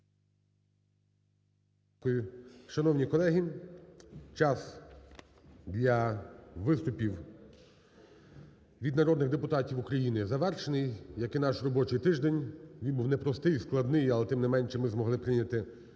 Дякую вам. Шановні колеги, час для виступів від народних депутатів України завершений, як і наш робочий тиждень. Він був непростий, складний, але тим не менше ми змогли прийняти